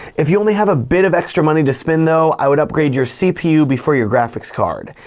if you only have a bit of extra money to spend though, i would upgrade your cpu before your graphics card,